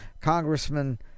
Congressman